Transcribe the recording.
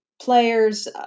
players